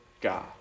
God